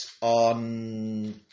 on